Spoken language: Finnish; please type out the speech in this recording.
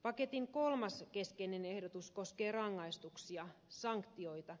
paketin kolmas keskeinen ehdotus koskee rangaistuksia sanktioita